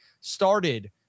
started